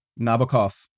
Nabokov